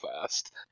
fast